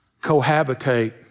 cohabitate